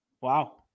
wow